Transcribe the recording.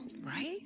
Right